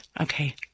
Okay